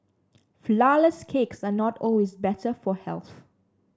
flourless cakes are not always better for health